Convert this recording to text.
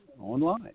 online